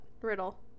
riddle